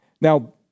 Now